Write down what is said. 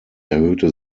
erhöhte